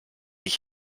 ich